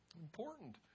important